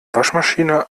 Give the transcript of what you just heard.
waschmaschine